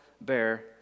bear